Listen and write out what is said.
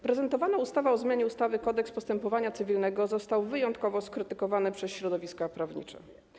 Prezentowany projekt ustawy o zmianie ustawy - Kodeks postępowania cywilnego został wyjątkowo skrytykowany przez środowiska prawnicze.